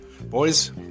Boys